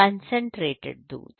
concentrated दूध